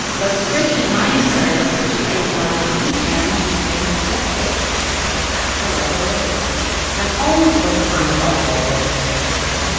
but kristen meinzer is more like you karen. she's a skeptic i like her already i've always looked upon self-help books with suspicion.